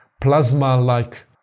plasma-like